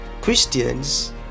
christians